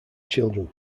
children